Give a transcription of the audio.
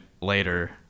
later